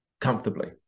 comfortably